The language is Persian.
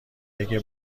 بگه